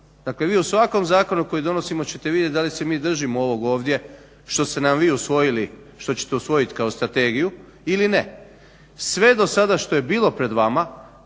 Dakle vi u svakom zakonu koji donosimo ćete vidjet da li se mi držimo ovog ovdje što ste nam vi usvojili, što ćete usvojit kao strategiju ili ne. Sve do sada što je bilo pred vama